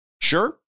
Sure